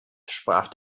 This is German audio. sprach